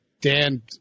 Dan